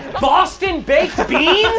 boston baked